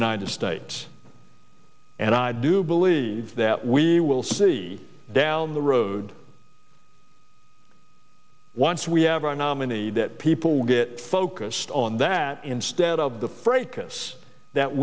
united states and i do believe that we will see down the road once we have our nominee that people will get focused on that instead of the fracas that